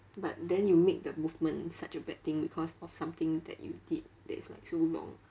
but then you make the movement such a bad thing because of something that you did that's like so wrong